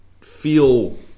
feel